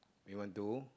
we want to